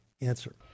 answer